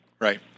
Right